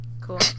Cool